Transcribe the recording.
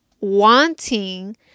wanting